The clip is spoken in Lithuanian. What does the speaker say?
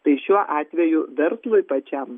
tai šiuo atveju verslui pačiam